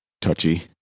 touchy